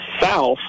South